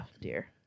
dear